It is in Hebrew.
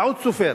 טעות סופר.